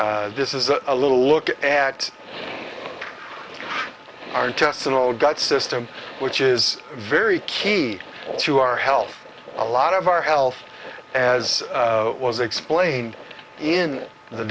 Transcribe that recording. this is a little look at our intestinal guts system which is very key to our health a lot of our health as it was explained in the